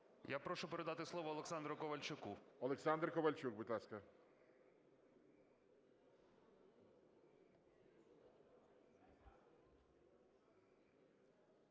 Я прошу передати слово Олександру Ковальчуку. ГОЛОВУЮЧИЙ. Олександр Ковальчук, будь ласка.